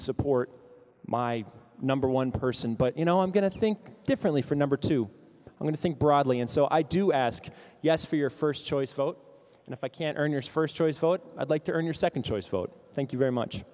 support my number one person but you know i'm going to think differently for number two i'm going to think broadly and so i do ask yes for your first choice vote and if i can earn your first choice vote i'd like to earn your second choice vote thank you very much